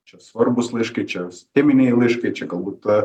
čia svarbūs laiškai čia steminiai laiškai čia galbūt ta